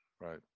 right